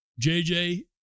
JJ